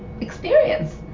experience